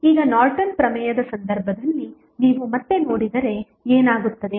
ಈಗ ನಾರ್ಟನ್ ಪ್ರಮೇಯದ ಸಂದರ್ಭದಲ್ಲಿ ನೀವು ಮತ್ತೆ ನೋಡಿದರೆ ಏನಾಗುತ್ತದೆ